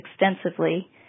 extensively